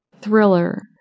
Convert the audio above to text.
thriller